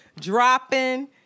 dropping